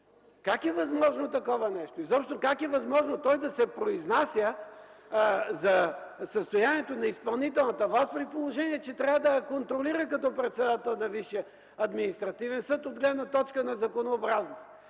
Как е възможно такова нещо? Изобщо как е възможно той да се произнася за състоянието на изпълнителната власт, при положение че трябва да я контролира като председател на Висшия административен съд от гледна точка на законосъобразност?